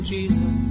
Jesus